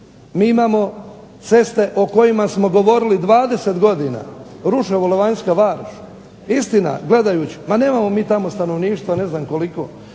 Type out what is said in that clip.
mi imamo ceste o kojima smo govorili 20 godina, …/Ne razumije se./… varoš, istina gledajući, ma nemamo mi tamo stanovništva ne znam koliko,